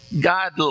God